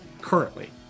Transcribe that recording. currently